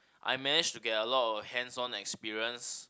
I managed to get a lot of hands on experience